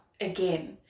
again